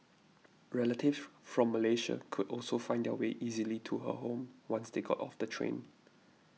relatives from Malaysia could also find their way easily to her home once they got off the train